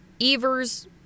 Evers